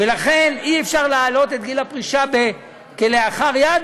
ולכן אי-אפשר להעלות את גיל הפרישה כלאחר יד,